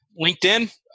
LinkedIn